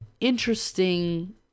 interesting